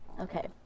Okay